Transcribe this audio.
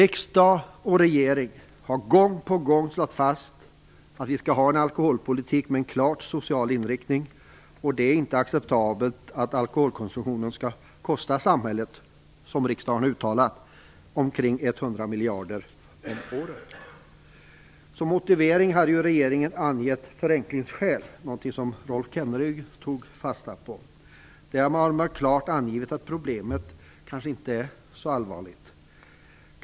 Riksdag och regering har gång på gång slagit fast att vi skall ha en alkoholpolitik med en klart social inriktning. Det är inte acceptabelt att alkoholkonsumtionen skall kosta samhället, som riksdagen har uttalat, omkring 100 miljarder om året. Som motivering hade regeringen angett förenklingsskäl, någonting som Rolf Kenneryd tog fasta på. Där har man klart angivit att problemet kanske inte är så allvarligt.